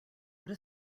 what